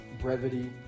brevity